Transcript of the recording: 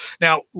Now